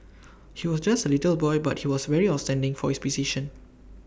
he was just A little boy but he was very outstanding for his precision